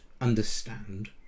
understand